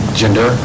gender